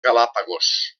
galápagos